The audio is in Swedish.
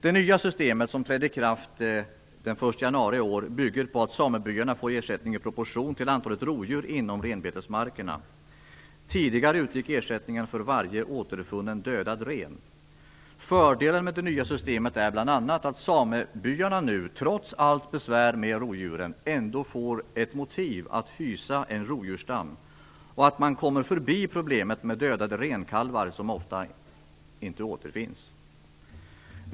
Det nya system som trädde i kraft den 1 januari i år bygger på att samebyarna får ersättning i proportion till antalet rovdjur inom renbetesmarkerna. Tidigare utgick ersättningen för varje återfunnen dödad ren. Fördelen med det nya systemet är bl.a. att samebyarna nu, trots allt besvär med rovdjuren, ändå får ett motiv att hysa en rovdjursstam, och att man kommer förbi problemet med dödade renkalvar som ofta inte återfinns.